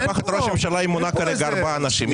משפחת ראש הממשלה מונה כרגע ארבעה אנשים,